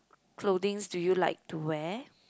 clothings do you like to wear